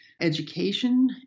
education